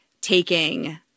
taking